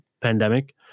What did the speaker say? pandemic